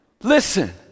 listen